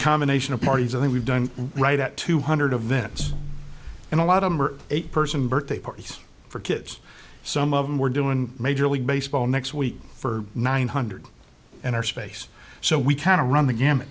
combination of parties and we've done right at two hundred events and a lot of them are eight person birthday parties for kids some of them we're doing major league baseball next week for nine hundred and our space so we can run the gamut